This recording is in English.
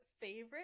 favorite